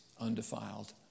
undefiled